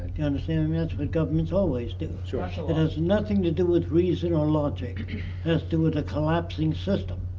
you understand and me? that's what governments always do. so ah so has nothing to do with reason or logic. it has to do with a collapsing system.